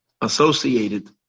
associated